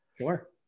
Sure